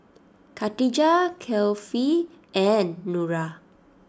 Khatijah Kefli and Nura